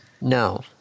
No